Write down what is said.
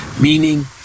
meaning